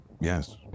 Yes